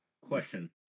Question